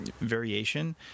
variation